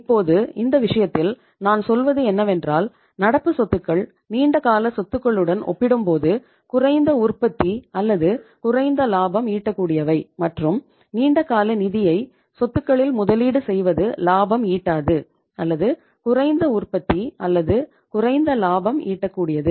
இப்போது இந்த விஷயத்தில் நான் சொல்வது என்னவென்றால் நடப்பு சொத்துக்கள் நீண்ட கால சொத்துகளுடன் ஒப்பிடும்போது குறைந்த உற்பத்தி அல்லது குறைந்த லாபம் ஈட்டக்கூடியவை மற்றும் நீண்ட கால நிதியை சொத்துக்களில் முதலீடு செய்வது லாபம் ஈட்டாதது அல்லது குறைந்த உற்பத்தி அல்லது குறைந்த லாபம் ஈட்டக்கூடியது